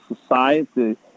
society